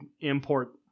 import